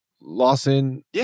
Lawson